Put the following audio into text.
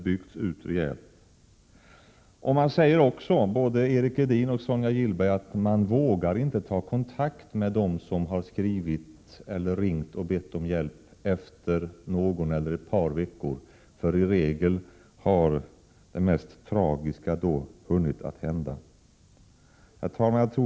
Både Erik Edin och Sonia Gillberg säger också att man efter någon eller ett par veckor inte vågar ta kontakt med dem som har skrivit eller ringt och bett om hjälp, eftersom det mest tragiska i regel då redan har hunnit hända.